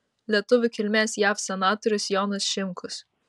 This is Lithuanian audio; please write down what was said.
lietuvių kilmės jav senatorius jonas šimkus